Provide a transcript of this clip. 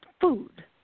food